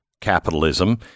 capitalism